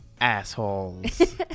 assholes